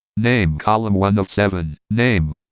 name, column one of seven, name,